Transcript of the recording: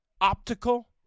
optical